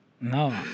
no